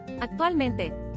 Actualmente